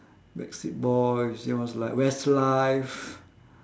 backstreet boys then was like westlife